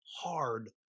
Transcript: hard